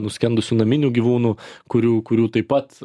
nuskendusių naminių gyvūnų kurių kurių taip pat